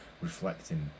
reflecting